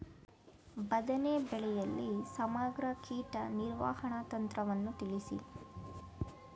ಬದನೆ ಬೆಳೆಯಲ್ಲಿ ಸಮಗ್ರ ಕೀಟ ನಿರ್ವಹಣಾ ತಂತ್ರವನ್ನು ತಿಳಿಸಿ?